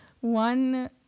one